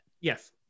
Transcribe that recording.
Yes